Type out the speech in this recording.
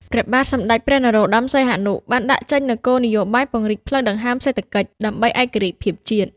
ព្រះបាទសម្តេចព្រះ នរោត្តម សីហនុ បានដាក់ចេញនូវគោលនយោបាយពង្រីកផ្លូវដង្ហើមសេដ្ឋកិច្ចដើម្បីឯករាជ្យភាពជាតិ។